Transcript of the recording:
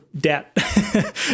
debt